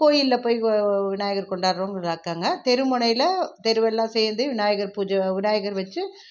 கோயிலில் போய் விநாயகர் கொண்டாடுறவங்களும் இருக்காங்க தெரு முனையில தெருவெல்லாம் சேர்ந்து விநாயகர் பூஜை விநாயகர் வெச்சு